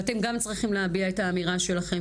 ואתם גם צריכים להביע את האמירה שלכם.